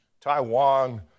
Taiwan